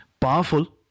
Powerful